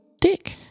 dick